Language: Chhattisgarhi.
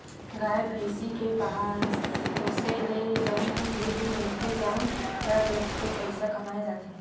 गाय, भइसी के पोसे ले जउन दूद मिलथे तउन ल बेच के पइसा कमाए जाथे